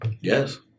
Yes